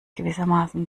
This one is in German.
gewissermaßen